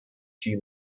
she